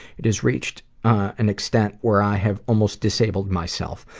it has reached an extent where i have almost disabled myself.